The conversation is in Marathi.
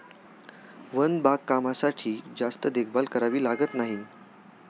वन बागकामासाठी जास्त देखभाल करावी लागत नाही